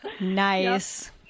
Nice